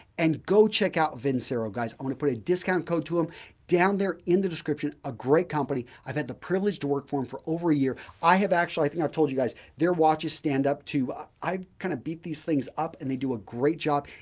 and go check out vincero. guys, i want to put a discount code to them down there in the description. a great company, i've had the privilege to work for them for over a year. i have actually i think i've told you guys their watches stand up to i kind of beat these things up and they do a great job.